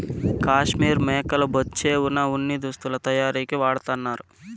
కాశ్మీర్ మేకల బొచ్చే వున ఉన్ని దుస్తులు తయారీకి వాడతన్నారు